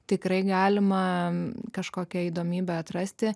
tikrai galima kažkokia įdomybė atrasti